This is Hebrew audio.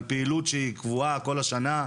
על פעילות שהיא קבועה כל השנה,